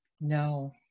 No